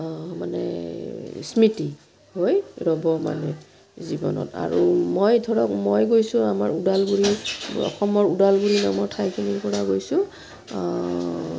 মানে স্মৃতি হৈ ৰ'ব মানে জীৱনত আৰু মই ধৰক মই গৈছোঁ আমাৰ ওদালগুৰি অসমৰ ওদালগুৰি নামৰ ঠাইখিনিৰ পৰা গৈছোঁ